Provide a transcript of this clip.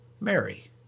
Mary